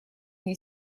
мне